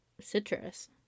citrus